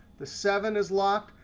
the seven is locked,